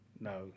no